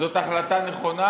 זאת החלטה נכונה,